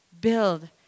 Build